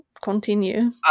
continue